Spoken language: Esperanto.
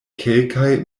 kelkaj